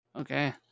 okay